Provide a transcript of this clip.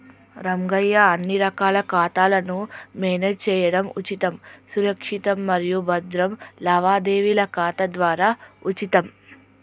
రంగయ్య అన్ని రకాల ఖాతాలను మేనేజ్ చేయడం ఉచితం సురక్షితం మరియు భద్రం లావాదేవీల ఖాతా ద్వారా ఉచితం